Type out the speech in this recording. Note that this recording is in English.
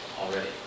already